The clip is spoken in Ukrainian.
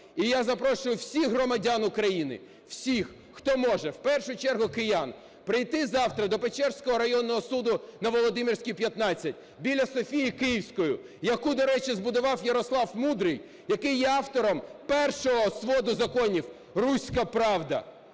і я запрошую всіх громадян України, всіх, хто може, в першу чергу киян, прийти завтра до Печерського районного суду на Володимирській, 15, біля Софії Київської, яку, до речі, збудував Ярослав Мудрий, який є автором першого своду законів "Руська Правда",